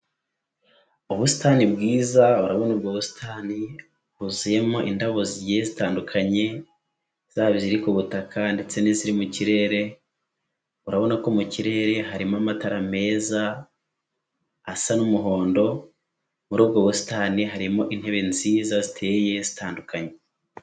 Ubusitani bwiza urarabona ubwo busitani huwuzuyemo indabo zigiye zitandukanye, zaba ziri ku butaka ndetse n'iziri mu kirere, urabona ko mu kirere harimo amatara meza asa n'umuhondo, muri ubwo busitani harimo intebe nziza ziteye zitandukanye.